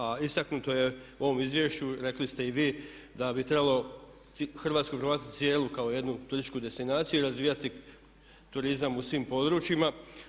A istaknuto je u ovom izvješću, rekli ste i vi, da bi trebalo Hrvatsku proglasiti cijelu kao jednu turističku destinaciju i razvijati turizam u svim područjima.